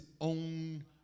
own